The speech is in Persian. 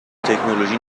تکنولوژی